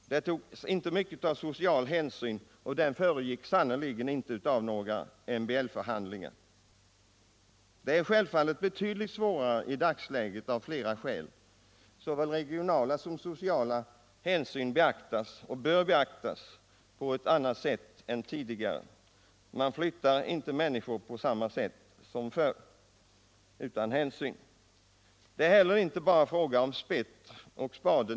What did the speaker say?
Det togs inte mycken social hänsyn, och förflyttningen föregicks sannerligen inte av några MBL-förhandlingar. I dag är det av flera skäl betydligt svårare att få folk att flytta. Såväl regionala som sociala hänsyn beaktas och bör beaktas på ett annat sätt än tidigare. Utrustningen består inte heller bara av spett och spade.